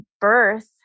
birth